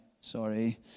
sorry